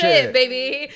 Baby